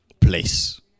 place